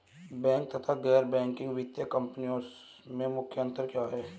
Bank तथा गैर banking वित्तीय कंपनियों में मुख्य अंतर क्या है?